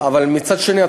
אבל מצד שני,